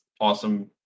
awesome